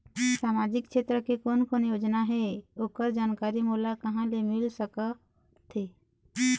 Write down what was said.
सामाजिक क्षेत्र के कोन कोन योजना हे ओकर जानकारी मोला कहा ले मिल सका थे?